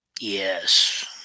yes